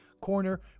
corner